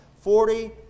Forty